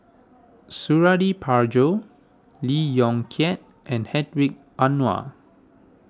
Suradi Parjo Lee Yong Kiat and Hedwig Anuar